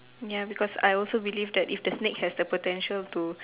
ya because I also believe that if the snake has the potential to